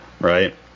right